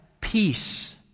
peace